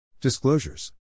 Disclosures